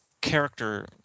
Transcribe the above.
Character